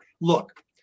Look